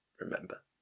remember